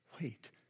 wait